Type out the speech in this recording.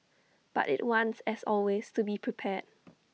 but IT wants as always to be prepared